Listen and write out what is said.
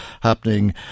happening